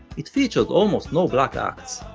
it featured almost no black acts.